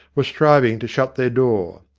were striving to shut their door.